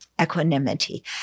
equanimity